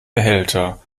behälter